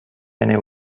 penny